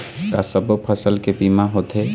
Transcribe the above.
का सब्बो फसल के बीमा होथे?